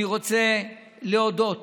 אני רוצה להודות